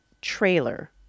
trailer